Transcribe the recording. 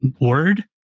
word